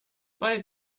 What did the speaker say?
bei